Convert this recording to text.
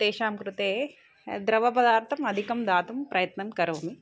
तेषां कृते द्रवपदार्थम् अधिकं दातुं प्रयत्नं करोमि